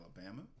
Alabama